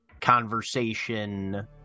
conversation